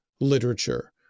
literature